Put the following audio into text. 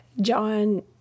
John